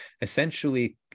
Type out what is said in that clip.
essentially